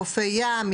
חופי ים,